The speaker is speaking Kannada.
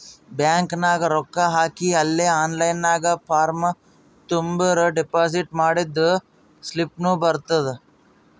ಬ್ಯಾಂಕ್ ನಾಗ್ ರೊಕ್ಕಾ ಹಾಕಿ ಅಲೇ ಆನ್ಲೈನ್ ನಾಗ್ ಫಾರ್ಮ್ ತುಂಬುರ್ ಡೆಪೋಸಿಟ್ ಮಾಡಿದ್ದು ಸ್ಲಿಪ್ನೂ ಬರ್ತುದ್